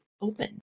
open